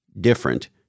different